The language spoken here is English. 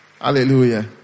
Hallelujah